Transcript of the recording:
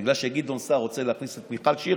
בגלל שגדעון סער רוצה להכניס את מיכל שיר?